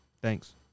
Thanks